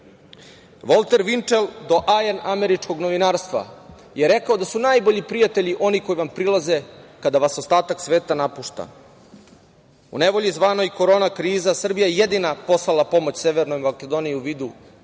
Vinčel, doajen američkog novinarstva, je rekao da su najbolji prijatelji oni koji vam prilaze kada vas ostatak sveta napušta.U nevolji zvanoj korona kriza, Srbija je jedina poslala pomoć Severnoj Makedoniji u vidu